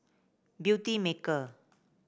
Beauty Maker